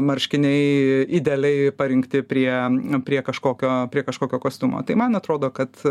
marškiniai idealiai parinkti prie prie kažkokio prie kažkokio kostiumo tai man atrodo kad